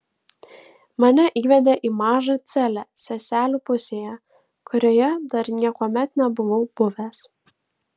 mane įvedė į mažą celę seselių pusėje kurioje dar niekuomet nebuvau buvęs